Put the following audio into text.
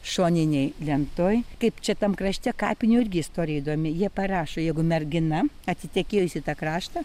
šoninėj lentoj kaip čia tam krašte kapinių irgi istorija įdomi jie parašo jeigu mergina atitekėjus į tą kraštą